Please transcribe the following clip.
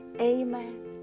amen